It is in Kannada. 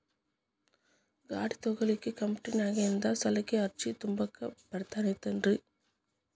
ಗಾಡಿ ತೊಗೋಳಿಕ್ಕೆ ಕಂಪ್ಯೂಟೆರ್ನ್ಯಾಗಿಂದ ಸಾಲಕ್ಕ್ ಅರ್ಜಿ ತುಂಬಾಕ ಬರತೈತೇನ್ರೇ?